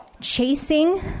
chasing